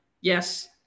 yes